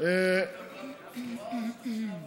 אבל אם השופטת כתבה במפורש,